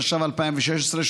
התשע"ו 2016,